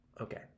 Okay